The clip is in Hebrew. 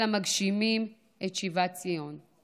אלא מגשימים את שיבת ציון.